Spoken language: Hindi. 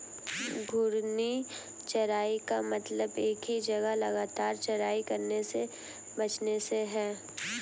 घूर्णी चराई का मतलब एक ही जगह लगातार चराई करने से बचने से है